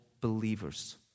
believers